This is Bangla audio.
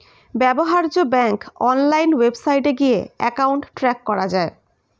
ব্যবহার্য ব্যাংক অনলাইন ওয়েবসাইটে গিয়ে অ্যাকাউন্ট ট্র্যাক করা যায়